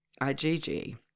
IgG